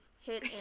hit